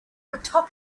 atop